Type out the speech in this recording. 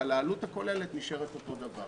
אבל העלות הכוללת נשארת אותו דבר.